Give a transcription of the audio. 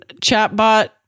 chatbot